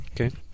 Okay